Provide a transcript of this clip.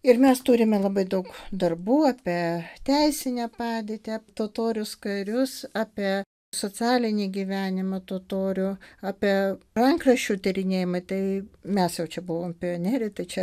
ir mes turime labai daug darbų apie teisinę padėtį ap totorius karius apie socialinį gyvenimą totorių apie rankraščių tyrinėjimą tai mes jau čia buvom pionieriai tai čia